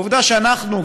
עובדה שאנחנו,